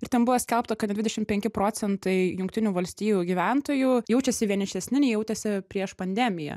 ir ten buvo skelbta kad dvidešimt penki procentai jungtinių valstijų gyventojų jaučiasi vienišesni nei jautėsi prieš pandemiją